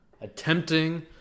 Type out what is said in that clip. Attempting